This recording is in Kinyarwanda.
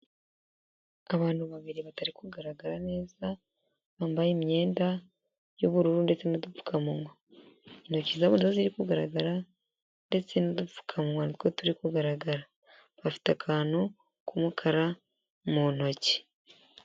Abantu babiri batari kugaragara neza, bambaye imyenda y'ubururu ndetse n'udupfukamunwa, intoki zabo zirimo kugaragara ndetse n'udupfukamunwa turi kugaragara, bafite akantu k'umukara mu ntoki.